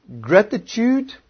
gratitude